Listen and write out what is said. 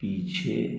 पीछे